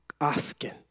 asking